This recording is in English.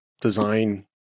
design